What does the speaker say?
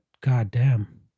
goddamn